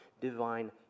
divine